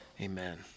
Amen